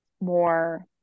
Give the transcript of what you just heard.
more